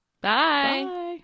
Bye